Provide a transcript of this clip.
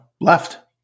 left